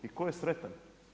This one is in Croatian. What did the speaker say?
I tko je sretan?